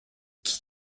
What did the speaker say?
qui